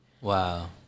Wow